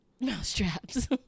mousetraps